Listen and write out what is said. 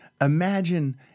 imagine